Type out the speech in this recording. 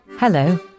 Hello